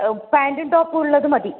പാന്റും ടോപ്പും ഉള്ളത് മതി